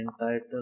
entitled